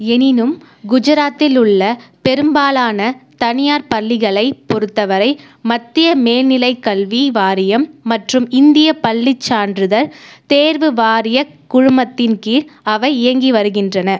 எனினும் குஜராத்தில் உள்ள பெரும்பாலான தனியார் பள்ளிகளைப் பொறுத்தவரை மத்திய மேல்நிலைக் கல்வி வாரியம் மற்றும் இந்திய பள்ளிச் சான்றிதழ் தேர்வு வாரியக் குழுமத்தின் கீழ் அவை இயங்கி வருகின்றன